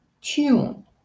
Tune